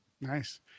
Nice